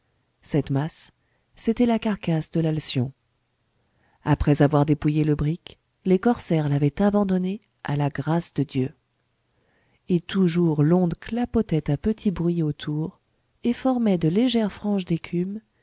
cette masse c'était la carcasse de l'alcyon après avoir dépouillé le brick les corsaires l'avaient abandonné à la grâce de dieu et toujours l'onde clapotait à petit bruit autour et formait de légères franges d'écume